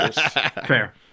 Fair